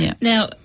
Now